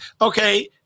okay